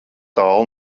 tālu